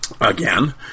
again